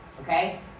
okay